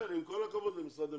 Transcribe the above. כן, עם כל הכבוד למשרד המשפטים.